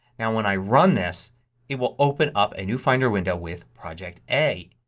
now when i run this it'll open up a new finder window with project a.